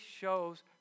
shows